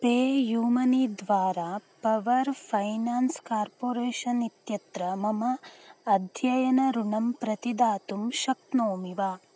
PayU Money द्वारा Power Finance Corporation इत्यत्र मम अध्ययन ऋणं प्रतिदातुं शक्नोमि वा